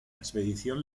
expedición